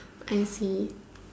I see